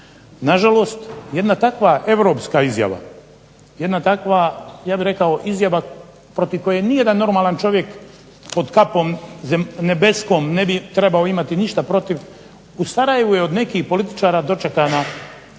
Na žalost jedna takva europska izjava, jedna izjava za koju ni jedan normalan čovjek pod kapom nebeskom ne bi trebao imati ništa protiv u Sarajevu je od nekih političara dočekana